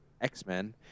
X-Men